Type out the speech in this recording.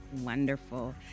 Wonderful